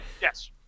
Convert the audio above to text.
Yes